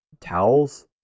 towels